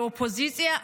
לאופוזיציה.